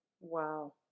Wow